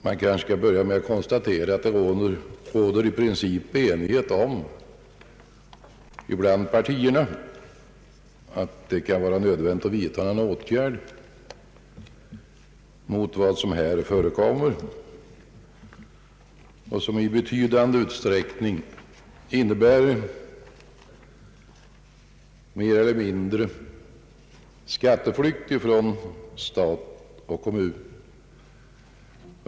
Jag vill börja med att konstatera att det bland partierna i princip råder enighet om att det är nödvändigt att vidta någon åtgärd mot vad som här förekommit och som i betydande utsträckning innebär skatteflykt, mer eller mindre, från stat och kommun.